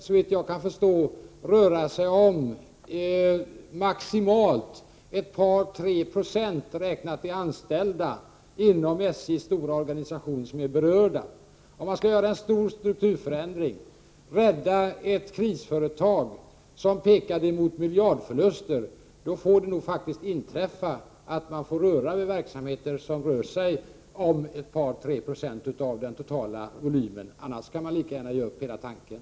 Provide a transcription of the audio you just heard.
Såvitt jag kan förstå kan maximalt ett par tre procent av de anställda inom SJ:s stora organisation vara berörda. Om man skall göra en stor strukturförändring, rädda ett krisföretag där utvecklingen pekar mot miljardförluster, får man nog röra vid verksamheter som sysselsätter två å tre procent av den totala arbetsstyrkan. Annars kan man lika gärna ge upp hela tanken.